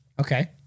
Okay